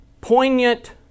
poignant